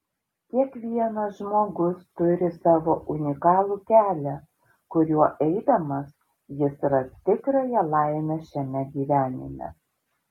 kiekvienas žmogus turi savo unikalų kelią kuriuo eidamas jis ras tikrąją laimę šiame gyvenime